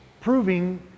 proving